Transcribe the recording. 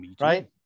right